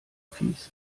fieß